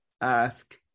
ask